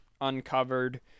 uncovered